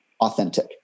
authentic